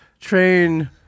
train